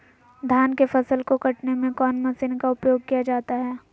धान के फसल को कटने में कौन माशिन का उपयोग किया जाता है?